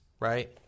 right